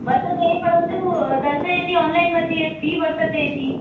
वर्तते परन्तु दर्शयति आन्लैन् मध्ये फ़्री वर्तते इति